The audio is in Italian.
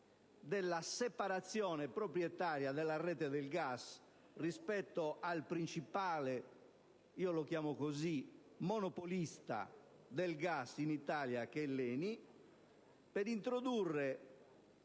della separazione proprietaria della rete del gas rispetto al principale monopolista del gas in Italia- io lo chiamo